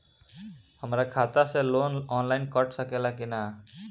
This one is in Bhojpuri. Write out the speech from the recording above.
हमरा खाता से लोन ऑनलाइन कट सकले कि न?